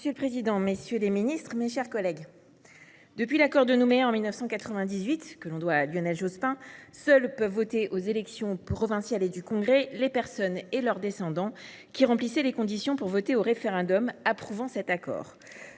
monsieur le garde des sceaux, monsieur le ministre, mes chers collègues, depuis l’accord de Nouméa en 1998 que l’on doit à Lionel Jospin, seuls peuvent voter aux élections provinciales et du congrès les personnes et leurs descendants qui remplissaient les conditions pour voter au référendum approuvant cet accord.